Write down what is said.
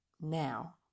now